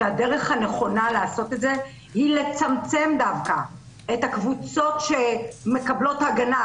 שהדרך הנכונה לעשות את זה היא לצמצם דווקא את הקבוצות שמקבלות הגנה,